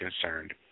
concerned